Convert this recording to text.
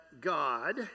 God